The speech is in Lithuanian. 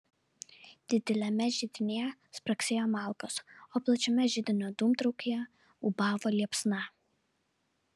dideliame židinyje spragsėjo malkos o plačiame židinio dūmtraukyje ūbavo liepsna